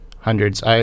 Hundreds